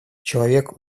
человек